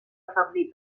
afeblir